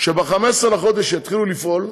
שב-15 בחודש יתחילו לפעול,